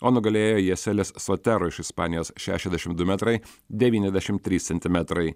o nugalėjo jeselis sotero iš ispanijos šešiasdešim du metrai devyniasdešim trys centimetrai